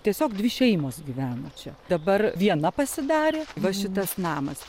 tiesiog dvi šeimos gyveno čia dabar viena pasidarė va šitas namas